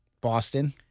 Boston